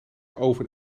oven